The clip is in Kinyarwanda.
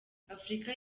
afurika